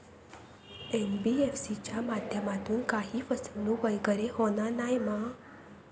NBFC च्या माध्यमातून काही फसवणूक वगैरे होना नाय मा?